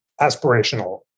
aspirational